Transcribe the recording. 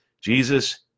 Jesus